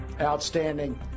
Outstanding